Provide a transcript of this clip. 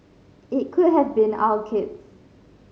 it could have been our kids